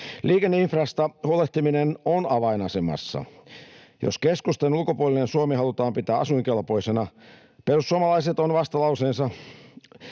Liikenneinfrasta huolehtiminen on avainasemassa, jos keskustan ulkopuolinen Suomi halutaan pitää asuinkelpoisena. Perussuomalaiset ovat vastalauseensa